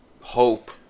hope